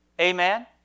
Amen